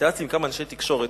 והתייעצתי עם כמה אנשי תקשורת,